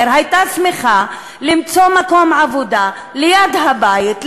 הייתה שמחה למצוא מקום עבודה ליד הבית,